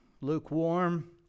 lukewarm